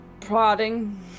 prodding